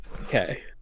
Okay